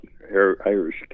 Irish